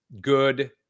good